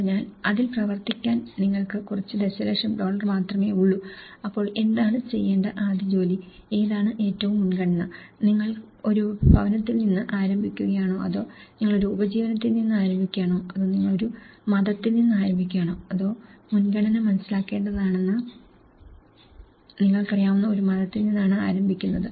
അതിനാൽ അതിൽ പ്രവർത്തിക്കാൻ നിങ്ങൾക്ക് കുറച്ച് ദശലക്ഷം ഡോളർ മാത്രമേ ഉള്ളൂ അപ്പോൾ എന്താണ് ചെയ്യേണ്ട ആദ്യ ജോലി ഏതാണ് ഏറ്റവും മുൻഗണന നിങ്ങൾ ഒരു ഭവനത്തിൽ നിന്ന് ആരംഭിക്കുകയാണോ അതോ നിങ്ങൾ ഒരു ഉപജീവനത്തിൽ നിന്ന് ആരംഭിക്കുകയാണോ അതോ നിങ്ങൾ ഒരു മതത്തിൽ നിന്ന് ആരംഭിക്കുകയാണോ അതോ മുൻഗണന മനസ്സിലാക്കേണ്ടതാണെന്ന് നിങ്ങൾക്കറിയാവുന്ന ഒരു മതത്തിൽ നിന്നാണ് ആരംഭിക്കുന്നത്